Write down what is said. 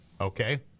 okay